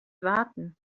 warten